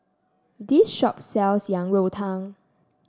this shop sells Yang Rou Tang